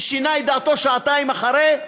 ששינה את דעתו שעתיים אחרי.